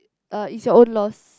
uh it's your own loss